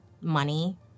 Money